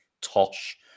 tosh